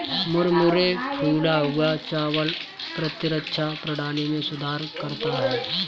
मुरमुरे फूला हुआ चावल प्रतिरक्षा प्रणाली में सुधार करता है